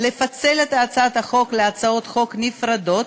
לפצל את הצעת החוק לשתי הצעות חוק נפרדות,